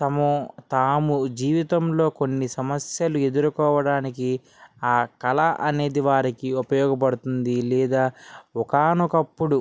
తము తాము జీవితములో కొన్ని సమస్యలు ఎదురుకోవడానికి ఆ కళ అనేది వారికి ఉపయోగపడుతుంది లేదా ఒకానొక అప్పుడు